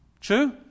True